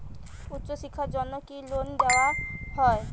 উচ্চশিক্ষার জন্য কি লোন দেওয়া হয়?